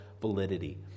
validity